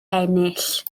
ennill